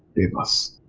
it has